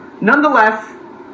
Nonetheless